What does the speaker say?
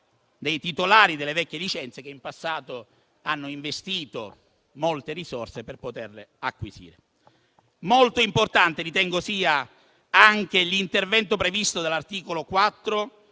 i titolari delle vecchie licenze che in passato hanno investito molte risorse per poterle acquisire. Considero molto importante anche l'intervento previsto all'articolo 4,